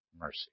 mercy